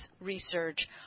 research